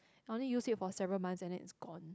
I only used it for several months and then it's gone